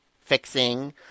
fixing